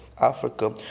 Africa